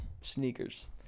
Sneakers